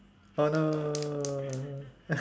oh no